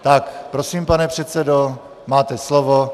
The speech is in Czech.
Tak prosím, pane předsedo, máte slovo.